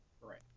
Right